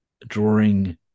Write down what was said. drawing